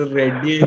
ready